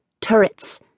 turrets